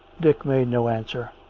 dick made no answer.